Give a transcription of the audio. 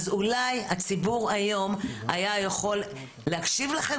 אז אולי הציבור היום היה יכול להקשיב לכם